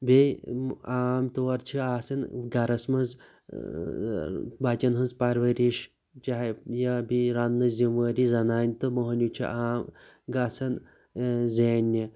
بیٚیہِ عام طور چھِ آسان گَرَس منٛز بَچَن ہٕنٛز پَرؤرِش چاہے یا بیٚیہِ رَننٕچ ذِمہٕ وٲری زَنانہِ تہٕ مۅہنِیٛوٗ چھُ عام گَژھان زیننہِ